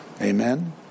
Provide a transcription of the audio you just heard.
Amen